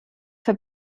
für